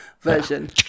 version